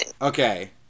Okay